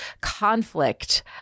conflict